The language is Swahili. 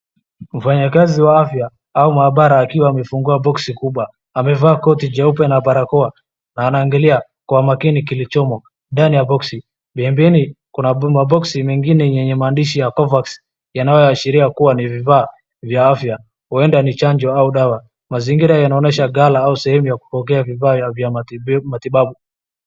Mfanyikazi wa afya au maabara akiwa amefungua boksi kubwa. Amevaa koti jeupe na barakoa na anaangalia kwa makini kilichomo ndani ya boksi. Pembeni kuna maboksi mengine yenye maandishi ya Covax yanayoashiria kuwa ni vifaa vya afya. Huenda ni chanjo au dawa. Mazingira yanaonyesha gala au sehemu ya kupokea vifaa ya matibabu.